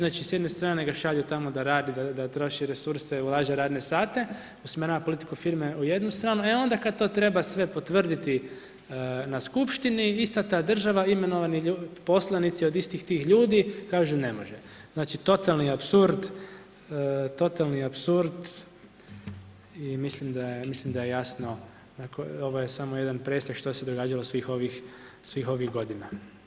Znači s jedne strane ga šalju tamo da radi, da troši resurse, ulaže u radne sate, usmjerava politiku firme u jednu stranu, e onda kad to treba sve potvrditi na skupštini, ista ta država, imenovani poslanici od istih tih ljudi, kažu ne može. znači totalni apsurd i mislim da je jasno, ovo je samo jedan presjek što se događalo svih ovih godina.